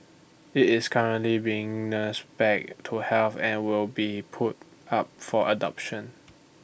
IT is currently being nursed back to health and will be put up for adoption